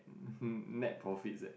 net profit eh